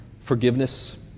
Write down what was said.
forgiveness